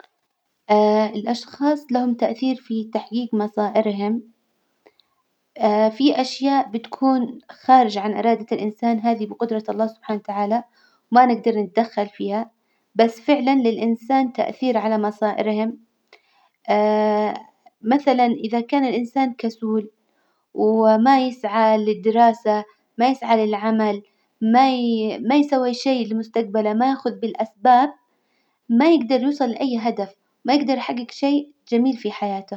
الأشخاص لهم تأثير في تحجيج مصائرهم في أشياء بتكون خارجة عن إرادة الإنسان، هذي بجدرة الله سبحانه وتعالى ما نجدر نتدخل فيها، بس فعلا للإنسان تأثير على مصائرهم مثلا إذا كان الإنسان كسول وما يسعى للدراسة، ما يسعى للعمل، ما- ما يسوي شي لمستجبله، ما يأخذ بالأسباب، ما يجدر يوصل لأي هدف، ما يجدر يحجج شي جميل في حياته.